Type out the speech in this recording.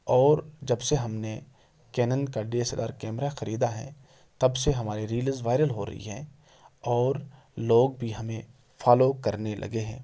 اور جب سے ہم نے کینن کا D S L R camera خریدا ہے تب سے ہمارے ریلیز وائرل ہو رہی ہیں اور لوگ بھی ہمیں فالو کرنے لگے ہیں